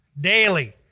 Daily